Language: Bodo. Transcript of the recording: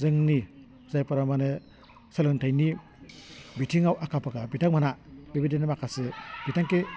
जोंनि जायफोरा माने सोलोंथाइनि बिथिङाव आखा फाखा बिथांमोनहा बिबायदिनो माखासे बिथांखि